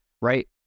right